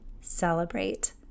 celebrate